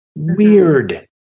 weird